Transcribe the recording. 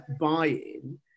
buy-in